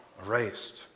erased